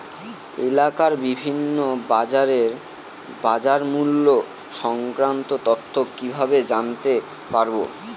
এলাকার বিভিন্ন বাজারের বাজারমূল্য সংক্রান্ত তথ্য কিভাবে জানতে পারব?